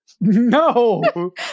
no